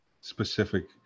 specific